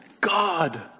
God